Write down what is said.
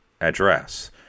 address